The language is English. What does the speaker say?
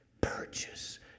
purchase